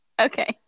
Okay